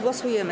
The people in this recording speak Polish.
Głosujemy.